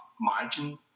margin